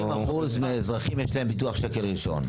40% מאזרחים יש להם ביטוח שקל ראשון.